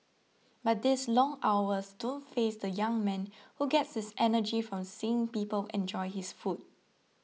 but these long hours don't faze the young man who gets his energy from seeing people enjoy his food